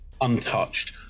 untouched